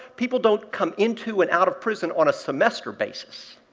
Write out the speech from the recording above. people don't come into and out of prison on a semester basis.